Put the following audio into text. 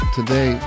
today